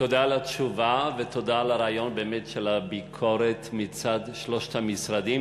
תודה על התשובה ותודה על הרעיון של הביקורת מצד שלושת המשרדים,